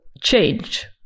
change